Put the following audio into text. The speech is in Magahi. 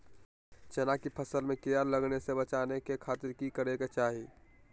चना की फसल में कीड़ा लगने से बचाने के खातिर की करे के चाही?